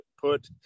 put